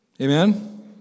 Amen